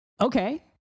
Okay